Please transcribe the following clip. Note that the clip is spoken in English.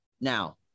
now